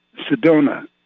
Sedona